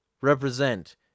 represent